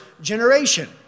generation